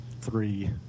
three